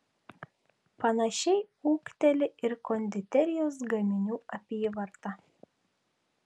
panašiai ūgteli ir konditerijos gaminių apyvarta